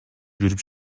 жүрүп